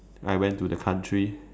I went to the country